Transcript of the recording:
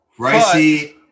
Ricey